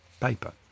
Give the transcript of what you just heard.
paper